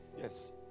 Yes